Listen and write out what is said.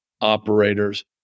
operators